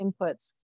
inputs